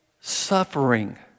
suffering